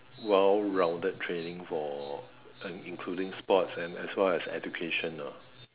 well rounded training for including sports and as well as education ah